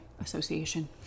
association